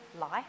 life